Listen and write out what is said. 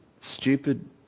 stupid